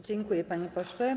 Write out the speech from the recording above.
Dziękuję, panie pośle.